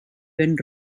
ben